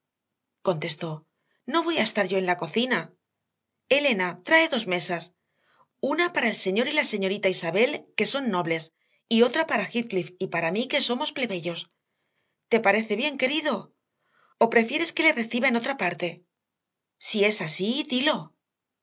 contestó no voy a estar yo en la cocina elena trae dos mesas una para el señor y la señorita isabel que son nobles y otra para heathcliff y para mí que somos plebeyos te parece bien querido o prefieres que le reciba en otra parte si es así dilo